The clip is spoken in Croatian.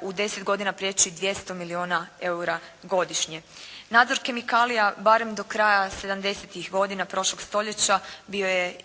u 10 godina prijeći 200 milijuna eura godišnje. Nadzor kemikalija barem do kraja sedamdesetih godina prošlog stoljeća bio je